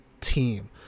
team